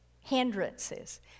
hindrances